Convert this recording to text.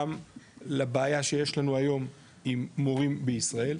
גם לבעיה שיש לנו היום עם מורים בישראל.